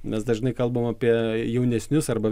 mes dažnai kalbam apie jaunesnius arba